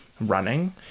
running